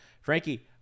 frankie